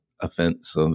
offense